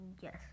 Yes